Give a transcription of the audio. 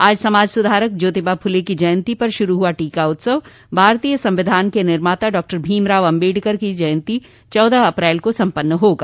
आज समाज सुधारक ज्योतिबा फुले की जयंती पर शुरू हुआ टीका उत्सव भारतीय संविधान के निर्माता डॉ भीमराव आम्बेडकर की जयंती चौदह अप्रैल को सम्पन्न होगा